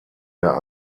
der